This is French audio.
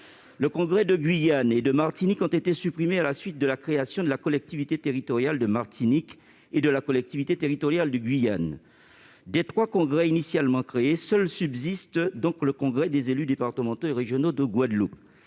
Les congrès de Guyane et de Martinique ont été supprimés à la suite de la création de la collectivité territoriale de Martinique et de la collectivité territoriale de Guyane. Des trois congrès initialement créés, seul subsiste le congrès des élus départementaux et régionaux de Guadeloupe.